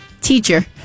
Teacher